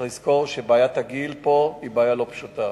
צריך לזכור שבעיית הגיל פה היא בעיה לא פשוטה.